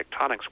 tectonics